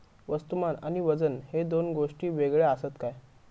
वस्तुमान आणि वजन हे दोन गोष्टी वेगळे आसत काय?